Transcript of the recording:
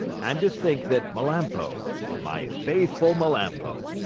and to think that melampo, my faithful melampo,